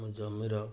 ଆମ ଜମିର